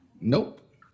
Nope